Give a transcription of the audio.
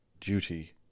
duty